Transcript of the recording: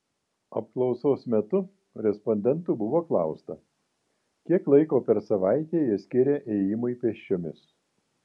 apklausos metu respondentų buvo klausta kiek laiko per savaitę jie skiria ėjimui pėsčiomis